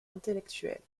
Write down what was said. intellectuels